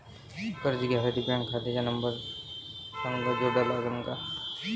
कर्ज घ्यासाठी बँक खात्याचा नंबर संग जोडा लागन का?